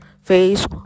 phase